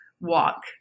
walk